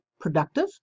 productive